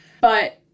But-